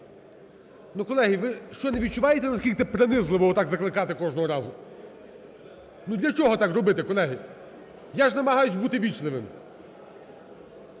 Ну, колеги, ви, що, не відчуваєте, наскільки це принизливо, отак закликати кожного разу? Ну, для чого так робити, колеги? Я ж намагаюсь бути ввічливим.